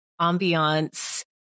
ambiance